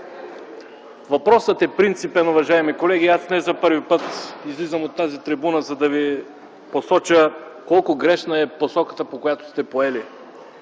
въпросът е принципен, уважаеми колеги, и аз не за първи път излизам от тази трибуна, за да Ви посоча колко грешна е посоката, по която сте поели